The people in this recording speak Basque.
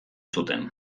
zuten